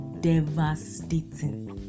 devastating